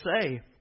say